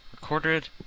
Recorded